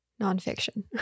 nonfiction